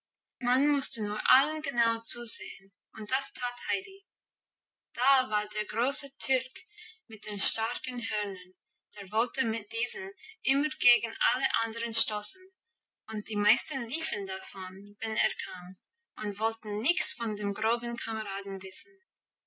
man musste nur allen genau zusehen und das tat heidi da war der große türk mit den starken hörnern der wollte mit diesen immer gegen alle anderen stoßen und die meisten liefen davon wenn er kam und wollten nichts von dem groben kameraden wissen